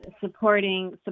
supporting